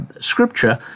scripture